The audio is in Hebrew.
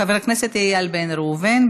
חבר הכנסת איל בן ראובן,